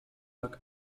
are